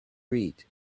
read